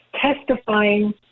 testifying